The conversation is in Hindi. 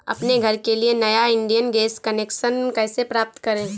अपने घर के लिए नया इंडियन गैस कनेक्शन कैसे प्राप्त करें?